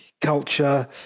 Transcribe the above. culture